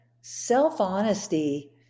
self-honesty